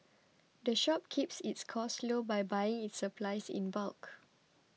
the shop keeps its costs low by buying its supplies in bulk